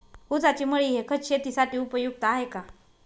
ऊसाची मळी हे खत शेतीसाठी उपयुक्त आहे का?